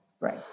Right